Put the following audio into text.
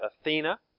Athena